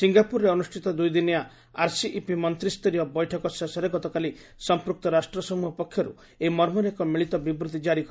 ସିଙ୍ଗାପୁରରେ ଅନୁଷ୍ଠିତ ଦୁଇ ଦିନିଆ ଆର୍ସିଇପି ମନ୍ତ୍ରୀସରୀୟ ବୈଠକ ଶେଷରେ ଗତକାଲି ସମ୍ପୃକ୍ତ ରାଷ୍ଟ୍ରସମୃହ ପକ୍ଷରୁ ଏହି ମର୍ମରେ ଏକ ମିଳିତ ବିବୃତ୍ତି ଜାରି କରାଯାଇଛି